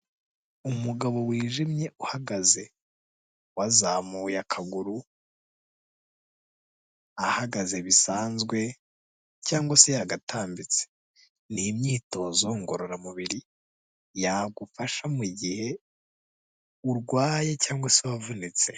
Umugabo wijimye uhagaze wazamuye akaguru ahagaze bisanzwe cyangwa se yagatambitse, ni imyitozo ngororamubiri yagufasha mugihe urwaye cyangwa se wavunitse.